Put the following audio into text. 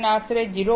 05 થી 0